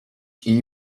iyi